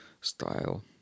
style